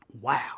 Wow